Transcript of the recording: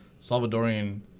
Salvadorian